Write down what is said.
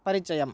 परिचयम्